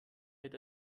mit